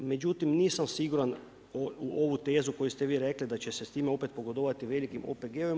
Međutim nisam siguran u ovu tezu koju ste vi rekli da će se s time opet pogodovati velikim OPG-ovima.